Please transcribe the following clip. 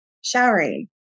showering